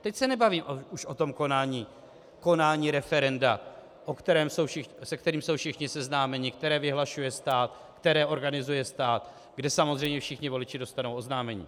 Teď se nebavíme už o tom konání referenda, se kterým jsou všichni seznámeni, které vyhlašuje stát, které organizuje stát, kde samozřejmě všichni voliči dostanou oznámení.